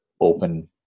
open